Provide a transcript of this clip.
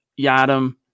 Yadam